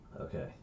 Okay